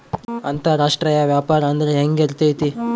ಅಂತರಾಷ್ಟ್ರೇಯ ವ್ಯಾಪಾರ ಅಂದ್ರೆ ಹೆಂಗಿರ್ತೈತಿ?